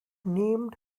named